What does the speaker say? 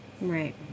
Right